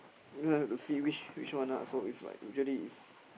have to see which which one ah so it's like usually is